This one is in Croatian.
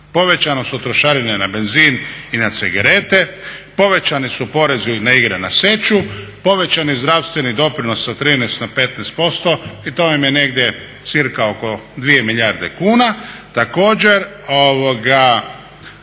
Povećane su trošarine na benzin i na cigarete, povećani su porezi na igre na sreću, povećani zdravstveni doprinos sa 13 na 15% i to vam je negdje cca oko 2 milijarde kuna.